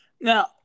Now